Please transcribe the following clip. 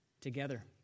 together